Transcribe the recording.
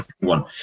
One